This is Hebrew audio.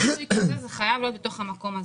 זה חייב להיות בתוך המקום הזה.